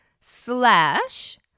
slash